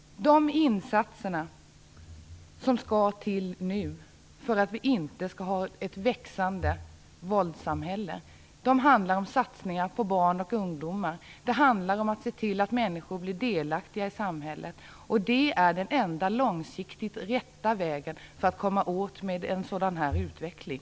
De insatser som måste till nu för att vi inte skall få ett växande våldssamhälle handlar om satsningar på barn och ungdomar. Det handlar om att se till att människor blir delaktiga i samhället. Det är den enda långsiktigt riktiga vägen för att komma åt en sådan här utveckling.